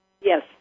Yes